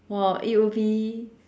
!wow! it will be